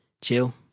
chill